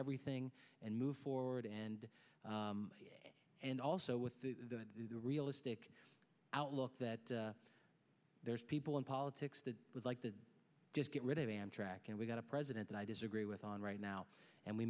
everything and move forward and and also with the realistic outlook that there's people in politics that would like to just get rid of amtrak and we've got a president that i disagree with on right now and we